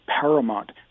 paramount